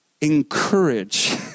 encourage